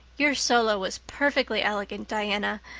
your solo was perfectly elegant, diana.